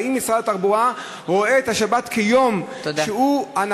האם משרד התחבורה רואה בשבת יום שהנחת